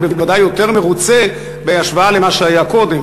אני בוודאי יותר מרוצה בהשוואה למה שהיה קודם,